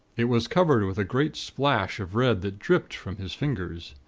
it was covered with a great splash of red that dripped from his fingers.